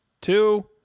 two